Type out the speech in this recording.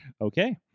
Okay